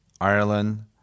Ireland